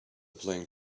playing